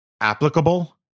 Applicable